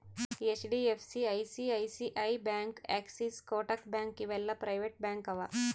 HDFC, ICICI bank, Axis, Kotak bank ಇವು ಎಲ್ಲಾ private bank ಅವಾ